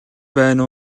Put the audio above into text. байна